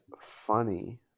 funny